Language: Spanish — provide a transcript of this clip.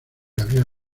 gabriel